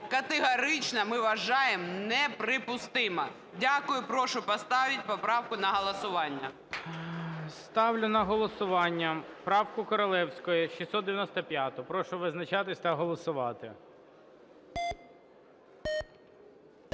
категорично ми вважаємо неприпустимо. Дякую. Прошу поставити поправку на голосування. ГОЛОВУЮЧИЙ. Ставлю на голосування правку Королевської 695-у. Прошу визначатись та голосувати.